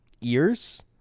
Ears